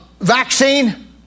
vaccine